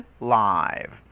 live